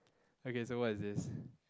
okay so what is this